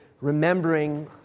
remembering